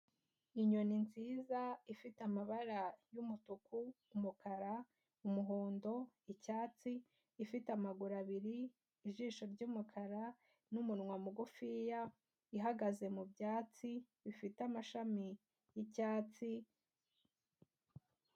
Inyoni nziza ifite amabara y'umutuku, umukara, umuhondo, icyatsi, ifite amaguru abiri, ijisho ry'umukara n'umunwa mugufiya, ihagaze mu byatsi bifite amashami y'icyatsi.